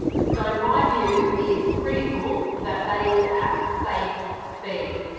so, in my view, it is critical that that is at a safe speed.